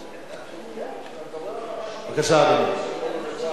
בבקשה, אדוני.